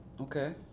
Okay